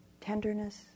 Tenderness